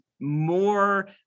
more